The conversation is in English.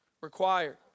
required